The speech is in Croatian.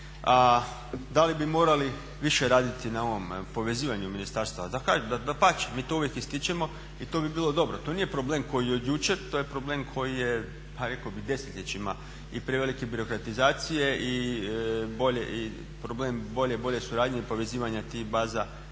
A da li bi morali više raditi na ovom povezivanju ministarstava, dapače, mi to uvijek ističemo i to bi bilo dobro. To nije problem koji je od jučer, to je problem koji je, pa rekao bih desetljećima i prevelike birokratizacije i problem bolje suradnje i povezivanja tih baza